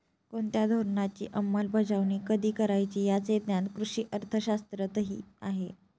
कोणत्या धोरणाची अंमलबजावणी कधी करायची याचे ज्ञान कृषी अर्थशास्त्रातही आहे